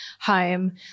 home